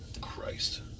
Christ